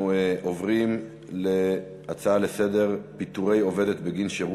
נעבור להצעות לסדר-היום מס' 973,